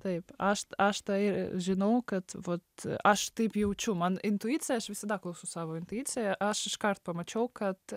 taip aš aš tai žinau kad vat aš taip jaučiu man intuicija aš visada klausau savo intuicija aš iškart pamačiau kad